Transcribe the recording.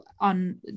on